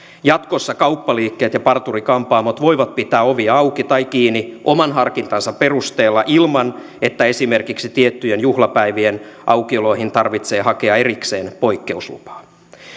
jatkossa kauppaliikkeet ja parturi kampaamot voivat pitää ovia auki tai kiinni oman harkintansa perusteella ilman että esimerkiksi tiettyjen juhlapäivien aukioloihin tarvitsee hakea erikseen poikkeuslupaa